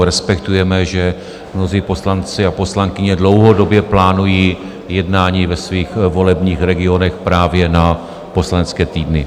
Respektujeme, že mnozí poslanci a poslankyně dlouhodobě plánují jednání ve svých volebních regionech právě na poslanecké týdny.